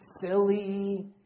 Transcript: silly